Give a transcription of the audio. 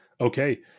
Okay